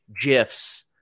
GIFs